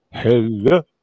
Hello